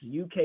UK